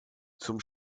zum